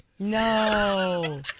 No